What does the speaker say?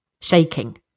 shaking